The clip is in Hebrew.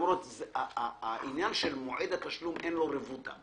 בעיניי לפחות.